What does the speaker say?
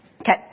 Okay